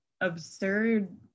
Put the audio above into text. absurd